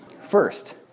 First